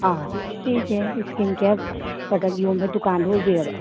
ꯑꯥ ꯁꯤꯁꯦ skin care product ꯌꯣꯟꯕ ꯗꯨꯀꯥꯟꯗꯨ ꯑꯣꯏꯕꯤꯔꯕ